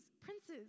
princes